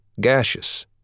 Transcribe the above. gaseous